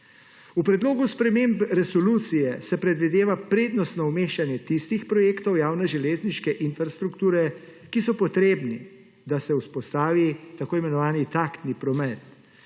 V predlogu sprememb resolucije se predvideva prednostno umeščanje tistih projekt javne železniške infrastrukture, ki so potrebni, da se vzpostavi tako imenovani taktni promet.